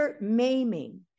maiming